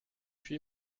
huit